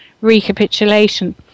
recapitulation